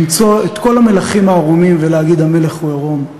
למצוא את כל המלכים העירומים ולהגיד: המלך הוא עירום,